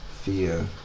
fear